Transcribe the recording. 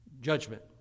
Judgment